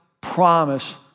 promise